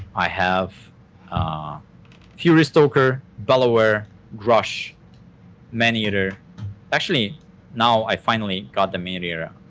i have ah fury stoker bellower ghrush man-eater actually now i finally got the man-eater um